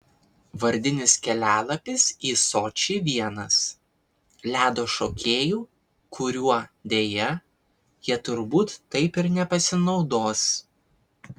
vardinis kelialapis į sočį vienas ledo šokėjų kuriuo deja jie turbūt taip ir nepasinaudos